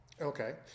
Okay